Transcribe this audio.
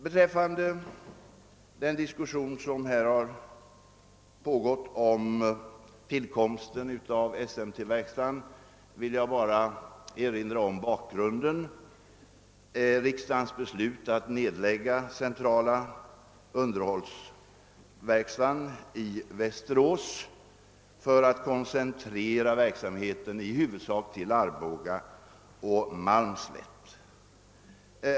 Beträffande den diskussion som här har pågått om tillkomsten av SMT-verkstaden vill jag bara erinra om bakgrunden: riksdagens beslut att nedlägga den centrala underhållsverkstaden i Västerås för att koncentrera verksamheten i huvudsak till Arboga och Malmslätt.